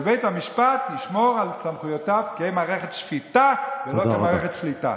ובית המשפט ישמור על סמכויותיו כמערכת שפיטה ולא כמערכת שליטה.